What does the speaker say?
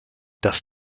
das